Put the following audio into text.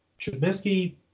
Trubisky